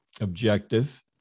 objective